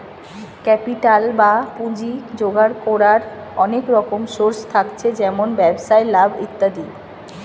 capital বা পুঁজি জোগাড় কোরার অনেক রকম সোর্স থাকছে যেমন ব্যবসায় লাভ ইত্যাদি